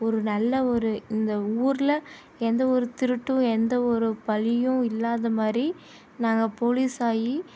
ஒரு நல்ல ஒரு இந்த ஊர்ல எந்த ஒரு திருட்டும் எந்த ஒரு பலியும் இல்லாதமாதிரி நாங்கள் போலீஸாகி